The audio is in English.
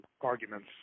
arguments